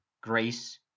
grace